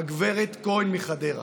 הגב' כהן מחדרה.